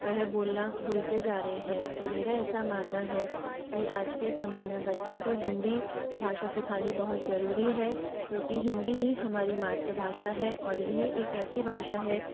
वह बोलना भूलते जा रहे हैं तो मेरा ऐसा मानना है कि आज के समय में बच्चों को हिंदी भाषा सीखानी बहुत ज़रूरी है क्योंकि हिंदी ही हमारी मात्र भाषा है और यह एक ऐसी भाषा है